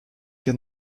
qu’à